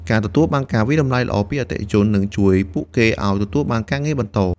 ការទទួលបានការវាយតម្លៃល្អពីអតិថិជន នឹងជួយពួកគេឱ្យទទួលបានការងារបន្ត។